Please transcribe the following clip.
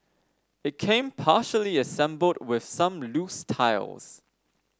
it came partially assembled with some loose tiles